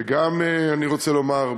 ואני רוצה לומר,